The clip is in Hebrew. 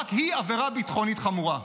רק היא עבירה ביטחונית חמורה.